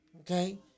okay